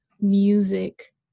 music